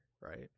right